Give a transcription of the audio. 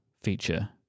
feature